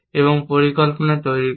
এবং পরিকল্পনা তৈরি করা